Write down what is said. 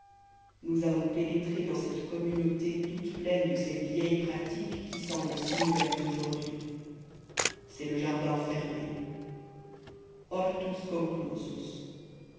nous avons pénétré dans cette communauté toute pleine de ces vieilles pratiques qui semblent si nouvelles aujourd'hui c'est le jardin fermé